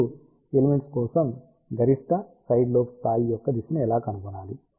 ఇప్పుడు ఎలిమెంట్స్ కోసం గరిష్ట సైడ్ లోబ్ స్థాయి యొక్క దిశను ఎలా కనుగొనాలి